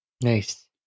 Nice